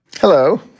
Hello